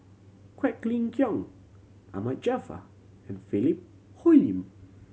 Quek Ling Kiong Ahmad Jaafar and Philip Hoalim